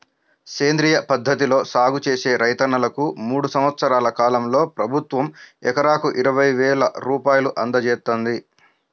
సేంద్రియ పద్ధతిలో సాగు చేసే రైతన్నలకు మూడు సంవత్సరాల కాలంలో ప్రభుత్వం ఎకరాకు ఇరవై వేల రూపాయలు అందజేత్తంది